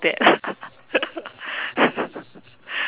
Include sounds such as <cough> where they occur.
that <laughs>